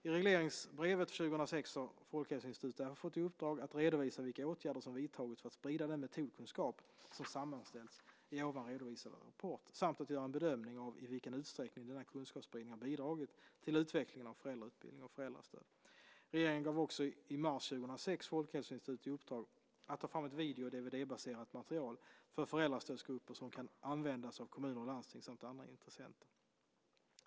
I regleringsbrevet för 2006 har Folkhälsoinstitutet därför fått i uppdrag att redovisa vilka åtgärder som vidtagits för att sprida den metodkunskap som sammanställts i den redovisade rapporten samt att göra en bedömning av i vilken utsträckning denna kunskapsspridning har bidragit till utvecklingen av föräldrautbildning och föräldrastöd. Regeringen gav också i mars 2006 FHI i uppdrag att ta fram ett video och dvd-baserat material för föräldrastödsgrupper som kan användas av kommuner och landsting samt andra intressenter.